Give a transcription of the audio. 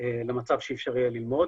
למצב שאפשר יהיה ללמוד.